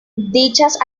dichas